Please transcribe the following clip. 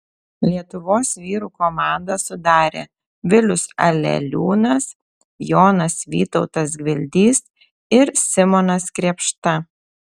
lietuvos vyrų komandą sudarė vilius aleliūnas jonas vytautas gvildys ir simonas krėpšta